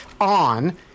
on